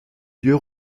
lieux